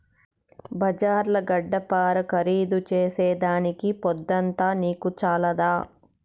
బజార్ల గడ్డపార ఖరీదు చేసేదానికి పొద్దంతా నీకు చాలదా